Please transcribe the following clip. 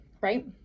right